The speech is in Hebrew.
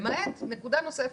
למעט נקודה נוספת,